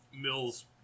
Mills